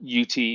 UT